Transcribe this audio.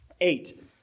Eight